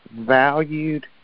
valued